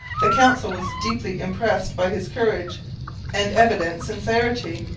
the council was deeply impressed by his courage and evident sincerity,